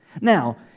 Now